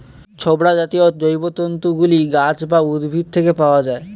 ছোবড়া জাতীয় জৈবতন্তু গুলি গাছ বা উদ্ভিদ থেকে পাওয়া যায়